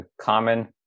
common